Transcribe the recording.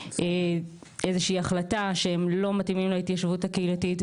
לאיזה שהיא החלטה שהם לא מתאימים להתיישבות הקהילתית.